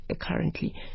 currently